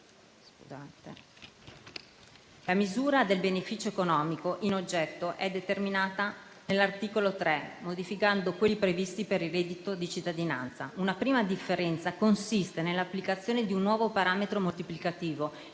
La misura del beneficio economico in oggetto è determinata nell'articolo 3, modificando quelli previsti per il reddito di cittadinanza. Una prima differenza consiste nell'applicazione di un nuovo parametro moltiplicativo